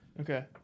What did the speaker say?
Okay